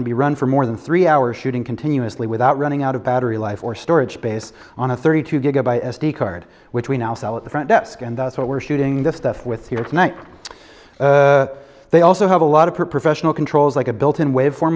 can be run for more than three hours shooting continuously without running out of battery life or storage space on a thirty two gigabyte s d card which we now sell at the front desk and that's what we're shooting this stuff with here tonight they also have a lot of her professional controls like a built in wavefor